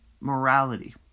morality